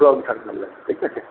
তো আপনি থাকবেন না ঠিক আছে